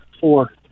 four